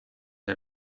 zei